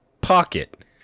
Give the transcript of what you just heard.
pocket